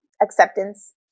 acceptance